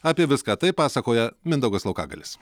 apie viską tai pasakoja mindaugas laukagalis